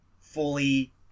fully